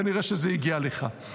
כנראה שזה הגיע לך.